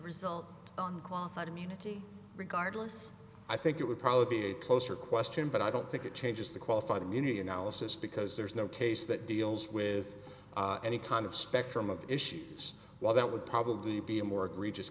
result on qualified immunity regardless i think it would probably be a closer question but i don't think it changes the qualified immunity analysis because there's no case that deals with any kind of spectrum of issues while that would probably be a more egregi